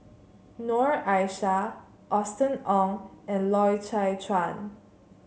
Noor Aishah Austen Ong and Loy Chye Chuan